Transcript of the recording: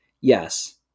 yes